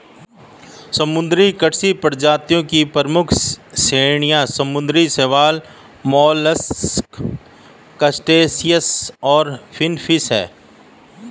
समुद्री कृषि प्रजातियों की प्रमुख श्रेणियां समुद्री शैवाल, मोलस्क, क्रस्टेशियंस और फिनफिश हैं